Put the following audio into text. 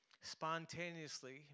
spontaneously